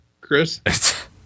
Chris